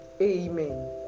amen